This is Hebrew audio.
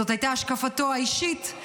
זאת הייתה השקפתו האישית,